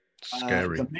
scary